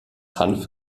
hanf